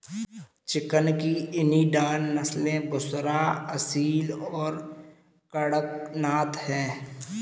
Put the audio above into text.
chicken की Indian नस्लें बुसरा, असील और कड़कनाथ हैं